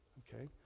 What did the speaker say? ok.